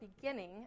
beginning